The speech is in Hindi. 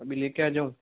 अभी लेके आ जाऊं